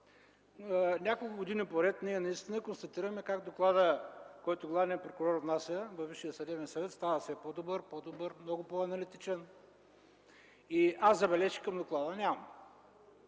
Няколко години подред наистина констатираме как докладът, който главният прокурор внася във Висшия съдебен съвет, става все по-добър, по-добър, много по-аналитичен. Аз забележки към доклада нямам,